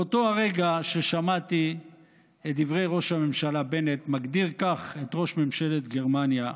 באותו הרגע ששמעתי את ראש הממשלה בנט מגדיר כך את ראש ממשלת גרמניה,